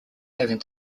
having